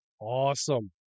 awesome